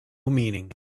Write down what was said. meaning